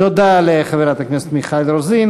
תודה לחברת הכנסת מיכל רוזין.